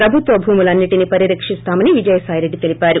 ప్రభుత్వ భూములన్ని టినో పరిరక్షిస్తామని విజయసాయిరెడ్డి తెలీపారు